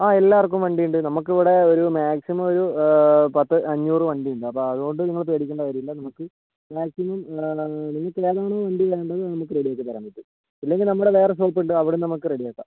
ആ എല്ലാവർക്കും വണ്ടി ഉണ്ട് നമുക്ക് ഇവിടെ ഒരു മാക്സിമം ഒരു പത്ത് അഞ്ഞൂറ് വണ്ടി ഉണ്ട് അപ്പോൾ അതുകൊണ്ട് നിങ്ങൾ പേടിക്കേണ്ട കാര്യമില്ല നമുക്ക് മാക്സിമം നിങ്ങൾക്ക് ഏതാണോ വണ്ടി വേണ്ടത് അത് നമ്മൾക്ക് റെഡി ആക്കിത്തരാൻ പറ്റും ഇല്ലെങ്കിൽ നമ്മുടെ വേറെ ഷോപ്പ് ഉണ്ട് അവിടെനിന്ന് നമ്മൾക്ക് റെഡി ആക്കാം